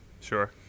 Sure